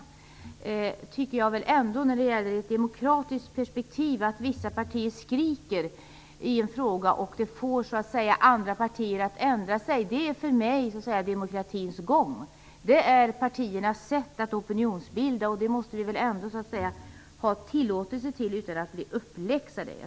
Att vissa partier skriker till i en fråga, så att de får andra partier att ändra sig är för mig demokratins gång. Det är ett sätt för partierna att bilda opinion, och vi måste väl ha tillåtelse att göra det utan att bli uppläxade.